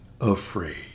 afraid